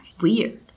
weird